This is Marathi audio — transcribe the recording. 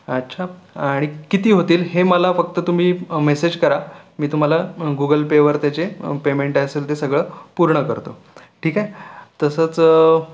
अच्छा आणि किती होतील हे मला फक्त तुम्ही मेसेज करा मी तुम्हाला गुगल पेवर त्याचे पेमेंट असेल ते सगळं पूर्ण करतो ठीक आहे तसंच